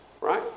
Right